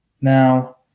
Now